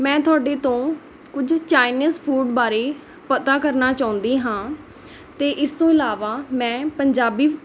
ਮੈਂ ਤੁਹਾਡੇ ਤੋਂ ਕੁਝ ਚਾਈਨਿਸ ਫੂਡ ਬਾਰੇ ਪਤਾ ਕਰਨਾ ਚਾਹੁੰਦੀ ਹਾਂ ਅਤੇ ਇਸ ਤੋਂ ਇਲਾਵਾ ਮੈਂ ਪੰਜਾਬੀ